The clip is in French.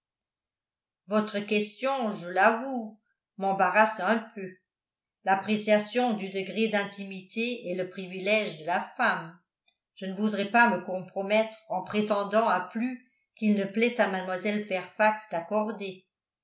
votre question je l'avoue m'embarrasse un peu l'appréciation du degré d'intimité est le privilège de la femme je ne voudrais pas me compromettre en prétendant à plus qu'il ne plaît à mlle fairfax d'accorder